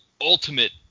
ultimate